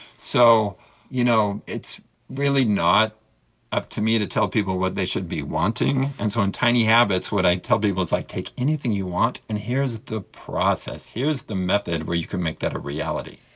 so you know it's really not up to me to tell people what they should be wanting, and so in tiny habits what i tell people like take anything you want and here's the process, here's the method where you can make that a reality.